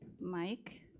Mike